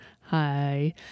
Hi